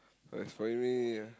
as for me ah